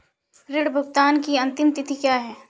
ऋण भुगतान की अंतिम तिथि क्या है?